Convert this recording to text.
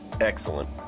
Excellent